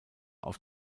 auf